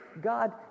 God